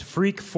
Freak